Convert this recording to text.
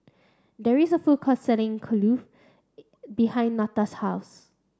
there is a food court selling Kulfi behind Netta's house